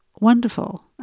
wonderful